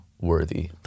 worthy